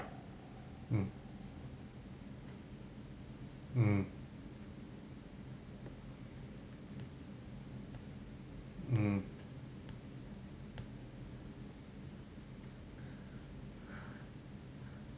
mm mm mm